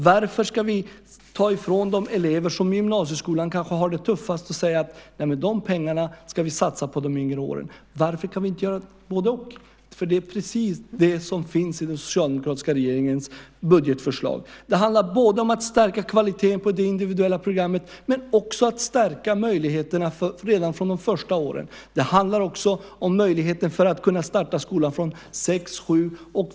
Varför ska vi ta resurser från de elever som i gymnasieskolan har det tuffast och säga att de pengarna ska vi satsa på de yngre? Varför kan vi inte göra både-och? Det är det som finns i den socialdemokratiska regeringens budgetförslag. Det handlar om att både stärka kvaliteten på det individuella programmet och att stärka möjligheterna redan från de första åren. Det handlar också om möjligheten att börja skolan från sex eller sjuårsåldern.